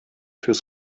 fürs